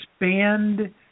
Expand